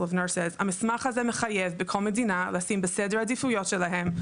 המסמך הזה מחייב בכל מדינה לשים בסדר העדיפויות שלהם,